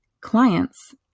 clients